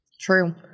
True